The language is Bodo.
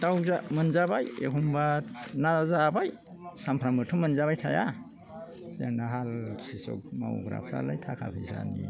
दाव मोनजाबाय एखम्बा ना जाबाय सामफ्रामबोथ' मोनजाबाय थाया जोंना हाल कृषक मावग्राफ्रालाय थाखा फैसानि